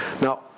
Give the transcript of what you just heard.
Now